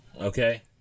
okay